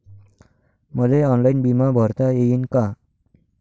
मले ऑनलाईन बिमा भरता येईन का?